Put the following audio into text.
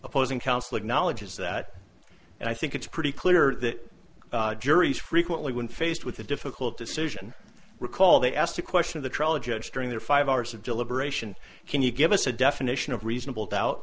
opposing counsel acknowledges that and i think it's pretty clear that juries frequently when faced with a difficult decision recall they asked the question of the trial judge during their five hours of deliberation can you give us a definition of reasonable doubt